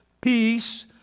Peace